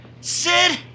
Sid